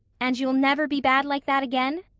and you'll never be bad like that again.